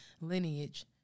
lineage